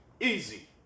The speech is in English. Easy